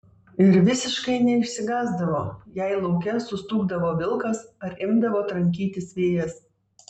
ir visiškai neišsigąsdavo jei lauke sustūgdavo vilkas ar imdavo trankytis vėjas